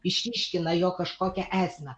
išryškina jo kažkokią esmę